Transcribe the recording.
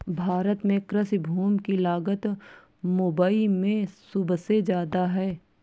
भारत में कृषि भूमि की लागत मुबई में सुबसे जादा है